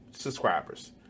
subscribers